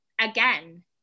again